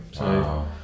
Wow